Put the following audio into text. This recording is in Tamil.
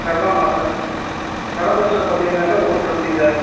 ரவா மசால் ரவா தோசை பார்த்தீங்கன்னாக்கா ஒன் டொண்ட்டி சார்